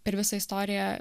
per visą istoriją